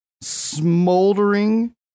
Smoldering